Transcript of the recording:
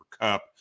Cup